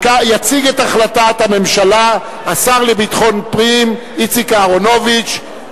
יציג את החלטת הממשלה השר לביטחון פנים איציק אהרונוביץ.